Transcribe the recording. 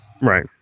Right